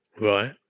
Right